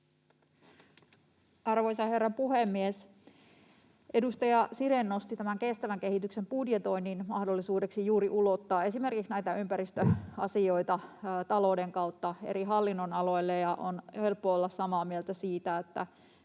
Arvoisa herra puhemies! Edustaja Sirén nosti tämän kestävän kehityksen budjetoinnin mahdollisuudeksi juuri ulottaa esimerkiksi näitä ympäristöasioita talouden kautta eri hallinnonaloille, ja on helppo olla samaa mieltä siitä,